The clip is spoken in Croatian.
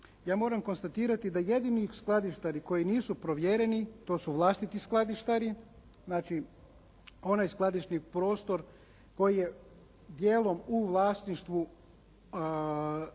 ja moram konstatirati da jedini skladištari koji nisu provjereni to su vlastiti skladištari. Znači, onaj skladišni prostor koji je dijelom u vlasništvu